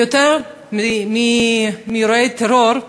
זה יותר מבאירועי טרור,